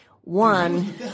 one